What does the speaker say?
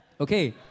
Okay